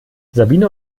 sabine